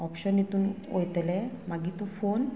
option हितून वयतलें मागीर तूं फोन